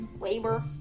labor